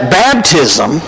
baptism